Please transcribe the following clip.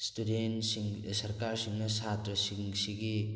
ꯏꯁꯇꯨꯗꯦꯟꯁꯤꯡ ꯁꯔꯀꯥꯔꯁꯤꯅ ꯁꯥꯇ꯭ꯔꯁꯤꯡ ꯁꯤꯒꯤ